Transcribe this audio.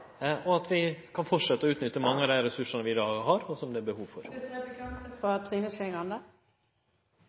og at vi kan fortsetje å utnytte mange av dei ressursane vi har, og som det er behov for.